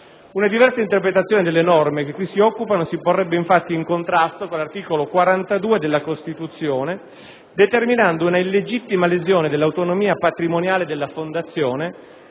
Una diversa interpretazione delle norme che di ciò si occupano si porrebbe, infatti, in contrasto con l'articolo 42 della Costituzione, determinando un'illegittima lesione dell'autonomia patrimoniale della fondazione,